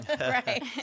right